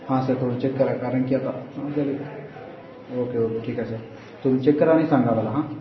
हां सर तेवढं चेक करा कारणकी आता ओके ओके ठीक आहे सर तुम्ही चेक करा ना आणि सांगा मला हां